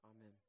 Amen